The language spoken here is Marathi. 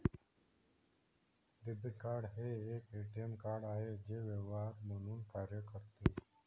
डेबिट कार्ड हे एक ए.टी.एम कार्ड आहे जे व्यवहार म्हणून कार्य करते